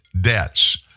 debts